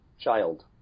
child